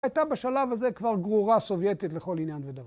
הייתה בשלב הזה כבר גרורה סובייטית לכל עניין ודבר